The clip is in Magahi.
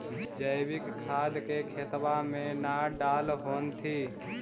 जैवीक खाद के खेतबा मे न डाल होथिं?